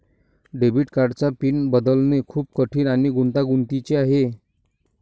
debit कार्डचा PIN बदलणे खूप कठीण आणि गुंतागुंतीचे आहे